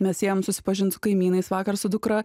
mes ėjom susipažint su kaimynais vakar su dukra